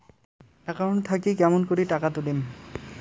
Account থাকি কেমন করি টাকা তুলিম?